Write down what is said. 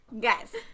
Guys